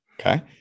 Okay